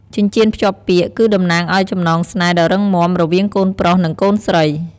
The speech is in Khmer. ចិញ្ចៀនភ្ជាប់ពាក្យ គឺតំណាងអោយចំណងស្នេហ៍ដ៏រឹងមាំរវាងកូនប្រុស និងកូនស្រី។